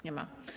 Nie ma.